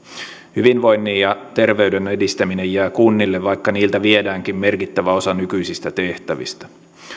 hyvinvoinnin ja terveyden edistäminen jää kunnille vaikka niiltä viedäänkin merkittävä osa nykyisistä tehtävistä